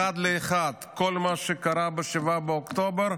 אחד לאחד, כל מה שקרה ב-7 באוקטובר,